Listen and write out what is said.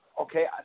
okay